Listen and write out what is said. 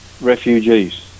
refugees